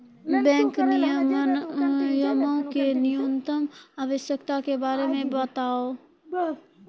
bank विनियमो के न्यूनतम आवश्यकता के बारे मे बताबो